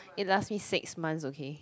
it lasts me six months okay